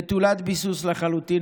נטולת ביסוס לחלוטין,